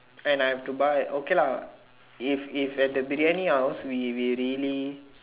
and I have to buy okay lah if if at the Briyani house we we really